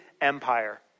empire